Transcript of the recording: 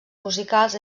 musicals